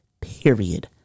period